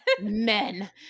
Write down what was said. men